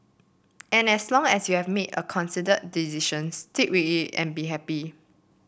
and as long as you have made a considered decision stick with it and be happy